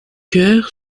chœur